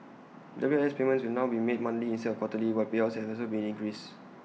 W I S payments will now be made monthly instead of quarterly while payouts have also been increased